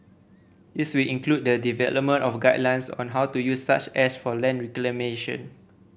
this will include the development of guidelines on how to use such ash for land reclamation